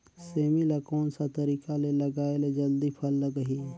सेमी ला कोन सा तरीका से लगाय ले जल्दी फल लगही?